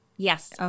Yes